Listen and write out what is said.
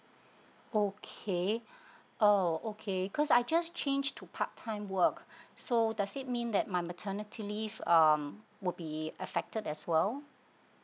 okay oh okay cause I just change to part time work so does it mean that my maternity leave um would be affected as well